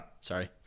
Sorry